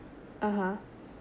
(uh huh)